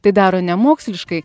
tai daro nemoksliškai